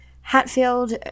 Hatfield